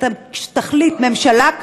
כשתחליט ממשלה,